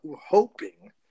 hoping